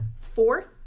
Fourth